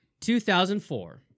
2004